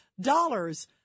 dollars